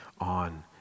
on